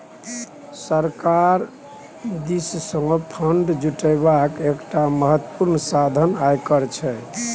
सरकार दिससँ फंड जुटेबाक एकटा महत्वपूर्ण साधन आयकर छै